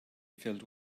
filled